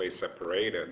separated